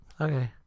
Okay